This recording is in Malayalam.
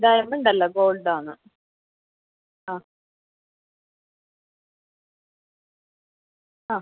ഡയമണ്ട് അല്ല ഗോൾഡാണ് ആ ആ